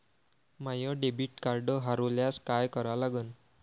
माय debit card हरोल्यास काय करा लागन?